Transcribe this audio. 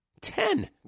ten